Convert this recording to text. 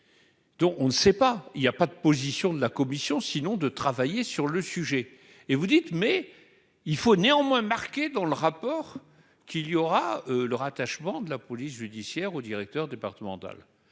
dont on ne sait pas, il y a pas de position de la Commission, sinon de travailler sur le sujet, et vous dites, mais il faut néanmoins marqué dans le rapport qu'il y aura le rattachement de la police judiciaire au directeur départemental